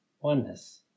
oneness